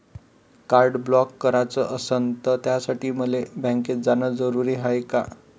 Card block कराच असनं त त्यासाठी मले बँकेत जानं जरुरी हाय का?